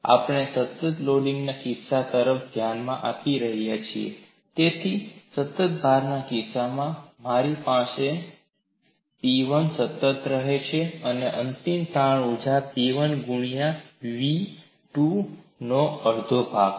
આપણે સતત લોડિંગના કિસ્સા તરફ ધ્યાન આપી રહ્યા છીએ તેથી સતત ભારના કિસ્સામાં મારી પાસે P1 સતત રહે છે તેથી અંતિમ તાણ ઊર્જા P1 ગુણાકાર Vવ2 નો અડધો ભાગ છે